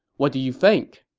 what do you think?